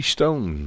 Stone